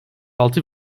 altı